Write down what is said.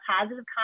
positive